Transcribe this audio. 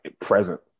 present